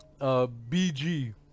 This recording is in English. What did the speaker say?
BG